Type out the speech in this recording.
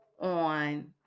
on